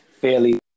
fairly